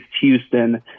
Houston